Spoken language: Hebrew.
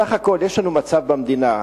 סך הכול יש לנו מצב במדינה,